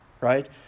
right